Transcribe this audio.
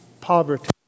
poverty